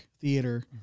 theater